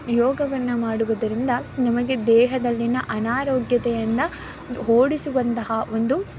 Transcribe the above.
ಯೋಗವನ್ನು ಮಾಡುವುದರಿಂದ ನಮಗೆ ದೇಹದಲ್ಲಿನ ಅನಾರೋಗ್ಯತೆಯನ್ನು ಓಡಿಸುವಂತಹ ಒಂದು